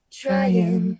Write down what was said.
trying